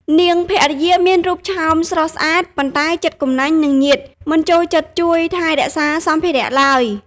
នាងភរិយាមានរូបឆោមស្រស់ស្អាត ប៉ុន្តែចិត្តកំណាញ់នឹងញាតិ មិនចូលចិត្តជួយថែរក្សាសម្ភារៈឡើយ។